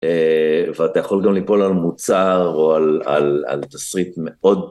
ואתה יכול גם ליפול על מוצר או על תסריט מאוד.